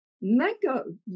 mango